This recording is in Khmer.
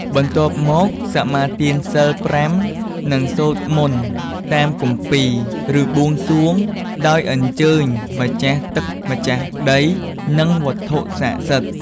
បន្ទាប់មក សមាទានសីល ៥ និង សូត្រមន្ត តាមគម្ពីរ ឬបួងសួង ដោយអញ្ជើញម្ចាស់ទឹកម្ចាស់ដី និងវត្ថុស័ក្តិសិទ្ធិ ។